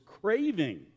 craving